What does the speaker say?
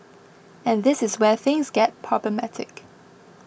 and this is where things get problematic